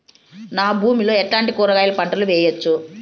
నా భూమి లో ఎట్లాంటి కూరగాయల పంటలు వేయవచ్చు?